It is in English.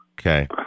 Okay